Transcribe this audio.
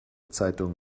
zeitungen